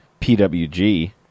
pwg